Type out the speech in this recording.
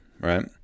right